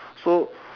so